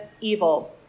evil